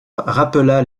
rappela